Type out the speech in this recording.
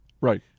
Right